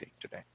today